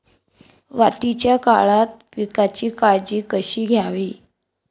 वाढीच्या काळात पिकांची काळजी कशी घ्यावी?